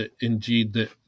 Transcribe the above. indeed